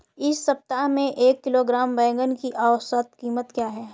इस सप्ताह में एक किलोग्राम बैंगन की औसत क़ीमत क्या है?